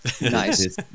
Nice